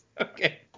Okay